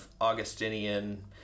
Augustinian